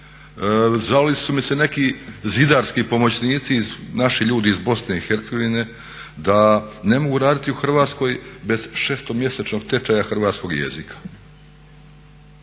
zvali su me neki zidarski pomoćnici naši ljudi iz BiH da ne mogu raditi u Hrvatskoj bez šestomjesečnog tečaja hrvatskog jezika,